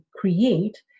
create